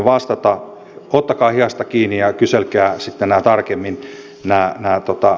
ottakaa hihasta kiinni ja kyselkää sitten tarkemmin nämä hommat